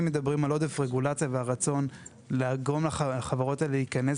אם מדברים על עודף רגולציה ועל רצון לגרום לחברות האלה להיכנס